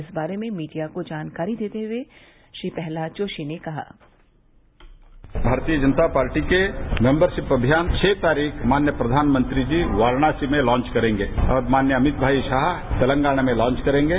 इस बारे में मीडिया को जानकारी देते हए प्रहलाद जोशी ने कहा भारतीय जनता पार्टी के मेंबरशिप अभियान के छह तारीख माननीय प्रधानमंत्री जी वाराणसी में लॉन्च करेंगे और माननीय अभित भाई शाह तेलंगाना में लॉन्च करेंगे